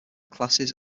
classes